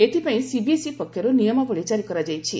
ଏଥିପାଇଁ ସିବିଏସ୍ଇ ପକ୍ଷରୁ ନିୟମାବଳୀ ଜାରି କରାଯାଇଛି